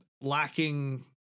lacking